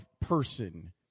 person